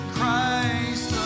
Christ